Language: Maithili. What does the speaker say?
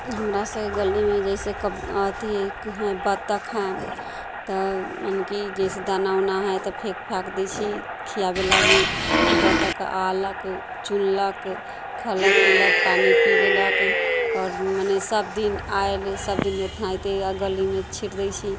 हमरा सभकेँ गलीमे जइसे कऽ अथि हइ बतख हइ तऽ मने कि जइसे दाना ओना हइ तऽ फेक फाक दै छी खिआबी लागि से बतख आनलक चुनलक खयलक पिलक पानि पी गेलक आओर मने सभ दिन आयल सभ दिनमे खाइते अऽ गलीमे छीट दै छी